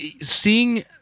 Seeing